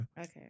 Okay